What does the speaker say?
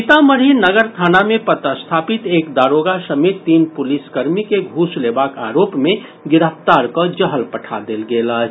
सीतामढ़ी नगर थाना मे पदस्थापित एक दारोगा समेत तीन पुलिसकर्मी के घूस लेबाक आरोप मे गिरफ्तार कऽ जहल पठा देल गेल अछि